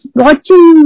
watching